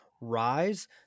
Rise